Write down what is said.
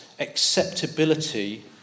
acceptability